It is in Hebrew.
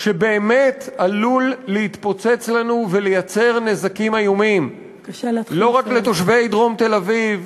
שבאמת עלול להתפוצץ לנו ולייצר נזקים איומים לא רק לתושבי דרום תל-אביב,